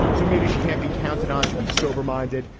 so maybe she can't be counted on to be sober minded,